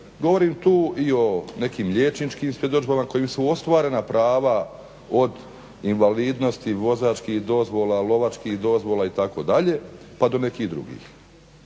Govorim tu i o nekim liječničkim svjedodžbama kojima su ostvarena prava od invalidnosti vozačkih dozvola, lovačkih dozvola itd. pa do nekih drugih.